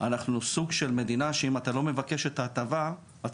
אנחנו סוג של מדינה שבה אם אתה לא מבקש את ההטבה אתה